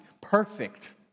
perfect